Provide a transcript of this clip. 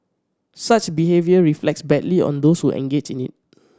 such behaviour reflects badly on those who engage in it